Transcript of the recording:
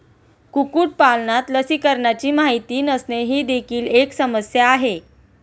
कुक्कुटपालनात लसीकरणाची माहिती नसणे ही देखील एक समस्या आहे